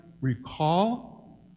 recall